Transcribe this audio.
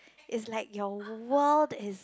is like your world is